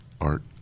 Art